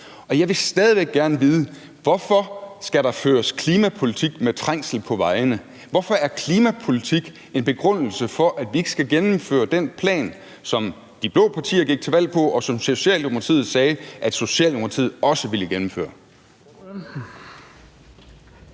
Og jeg vil stadig væk gerne vide, hvorfor der skal føres klimapolitik med trængsel på vejene. Hvorfor er klimapolitik en begrundelse for, at vi ikke skal gennemføre den plan, som de blå partier gik til valg på, og som Socialdemokratiet sagde at Socialdemokratiet også ville gennemføre?